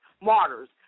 martyrs